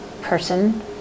person